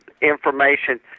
information